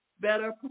better